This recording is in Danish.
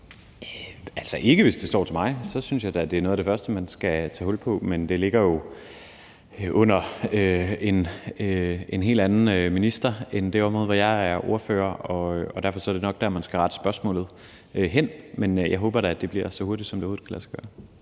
det står til mig, for så synes jeg da, at det er noget af det første, man skal tage hul på. Men det ligger jo under en minister for et helt andet område end det, som jeg er ordfører for, og derfor er det nok der, man skal rette spørgsmålet hen. Men jeg håber da, det bliver, så hurtigt som det overhovedet kan lade sig gøre.